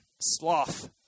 sloth